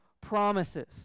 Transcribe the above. promises